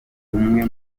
umwe